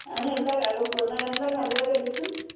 আমি এইবিলাক আগৰ পুৰণা গানবিলাক ভালেই লাগে দিয়কচোন